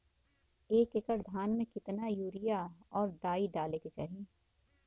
एक एकड़ धान में कितना यूरिया और डाई डाले के चाही?